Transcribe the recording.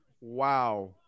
Wow